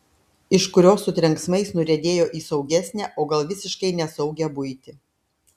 iš kurios su trenksmais nuriedėjo į saugesnę o gal visiškai nesaugią buitį